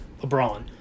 LeBron